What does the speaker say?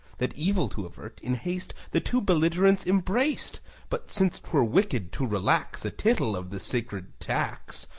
that evil to avert, in haste the two belligerents embraced but since twere wicked to relax a tittle of the sacred tax,